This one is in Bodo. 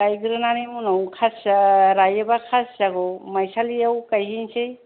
गायग्रोनानै उनाव खासिया रायोबा खासियाखौ मायसालियाव गायहैसै